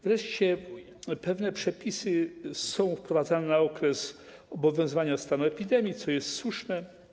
Wreszcie pewne przepisy są wprowadzane na okres obowiązywania stanu epidemii, co jest słuszne.